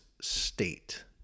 state